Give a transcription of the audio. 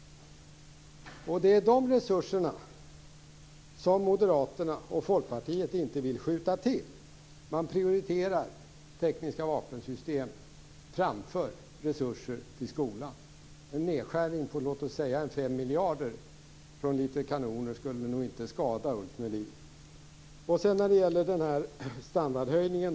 Det är de resurserna som Moderaterna och Folkpartiet inte vill skjuta till. Man prioriterar tekniska vapensystem framför resurser till skolan. En nedskärning av ca 5 miljarder från några kanoner skulle inte skada, Ulf Melin. Sedan var det frågan om standardhöjningen.